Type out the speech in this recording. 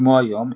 כמו היום,